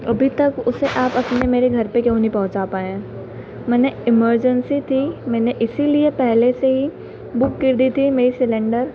अभी तक उसे आप अपने मेरे घर पे क्यों नहीं पहुँचा पाए हैं मने एमरजेंसी थी मैंने इसीलिए पहले से ही बुक कर दी थी मेरी सिलेन्डर